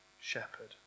shepherd